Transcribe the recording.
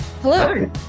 Hello